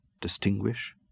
distinguish